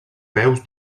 peus